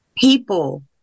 people